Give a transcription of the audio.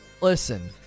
listen